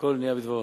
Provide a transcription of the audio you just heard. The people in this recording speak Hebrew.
שהכול נהיה בדברו.